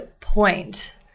point